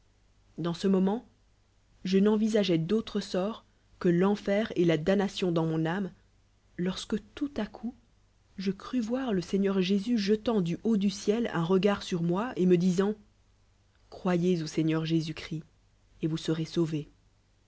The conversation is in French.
dans ce moment je n'envisageois d'autre sort que l'enfer ct la damnatiou dans mon ame lorsque toul à coup je c us voir le seigneur jésus jetant du haut do ciel un regard sur moi et me disant croyez au sei gneur jésus-christ et vous serez sauvé